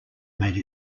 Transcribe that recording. made